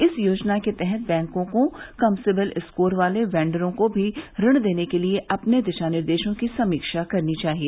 इस योजना के तहत बैंकों को कम सिबिल स्कोर वाले वेंडरों को भी ऋण देने के लिए अपने दिशा निर्देशों की समीक्षा करनी चाहिए